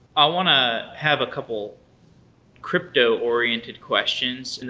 i want to have a couple crypto-oriented questions. and